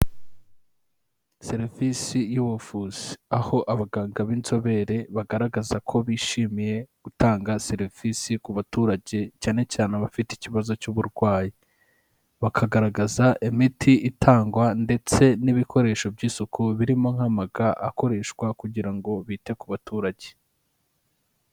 Serivisi y'vuzi. Aho abaganga b'inzobere bagaragaza ko bishimiye gutanga serivisi ku baturage cyane cyane abafite ikibazo cy'uburwayi. Bakagaragaza imiti itangwa ndetse n'ibikoresho by'isuku birimo nk'amaga, akoreshwa kugira ngo bite ku baturage.